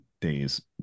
days